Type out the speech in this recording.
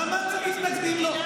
למה אתם מתנגדים לו?